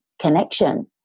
connection